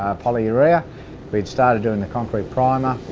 polyurea which started doing the concrete primer,